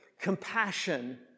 compassion